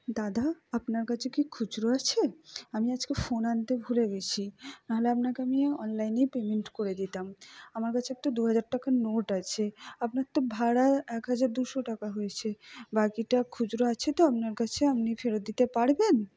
দাদা আপনার কাছে কি খুচরো আছে আমি আজকে ফোন আনতে ভুলে গিয়েছি নাহলে আপনাকে আমি অনলাইনেই পেমেন্ট করে দিতাম আমার কাছে একটা দুহাজার টাকার নোট আছে আপনার তো ভাড়া এক হাজার দুশো টাকা হয়েছে বাকিটা খুচরো আছে তো আপনার কাছে আপনি ফেরত দিতে পারবেন